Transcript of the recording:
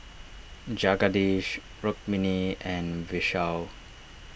Jagadish Rukmini and Vishal